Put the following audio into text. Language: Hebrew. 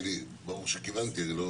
כי ברור שכיוונתי לזה,